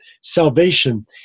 salvation